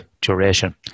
duration